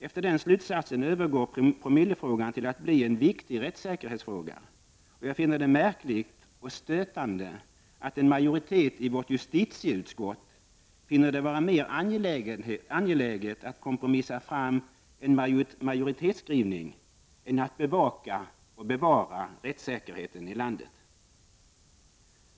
Efter den slutsatsen övergår promillefrågan till att bli en viktig rättssäkerhetsfråga, och jag finner det märkligt och stötande att en majoritet i vårt justitieutskott anser det vara mera angeläget att kompromissa fram en majoritetsskrivning än att bevaka och bevara rättsäkerheten i landet.